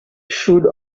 should